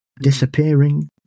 disappearing